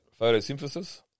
photosynthesis